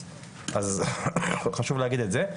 אז חשוב להגיד את זה.